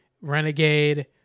Renegade